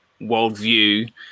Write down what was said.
worldview